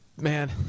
Man